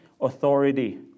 authority